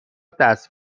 دست